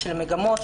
של מגמות.